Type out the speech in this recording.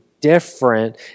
Different